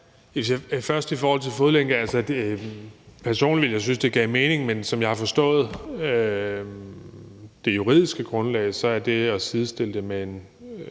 svare i forhold til fodlænke: Personligt ville jeg synes, det gav mening, men som jeg har forstået det juridiske grundlag, er det at sidestille med